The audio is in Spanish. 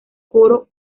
coro